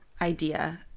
idea